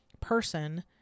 person